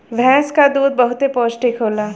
भैंस क दूध बहुते पौष्टिक होला